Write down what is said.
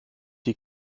die